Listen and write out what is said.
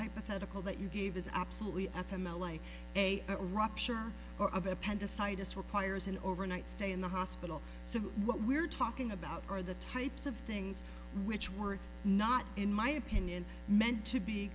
hypothetical that you gave is absolutely f m l a a a rupture or of appendicitis requires an overnight stay in the hospital so what we're talking about are the types of things which were not in my opinion meant to be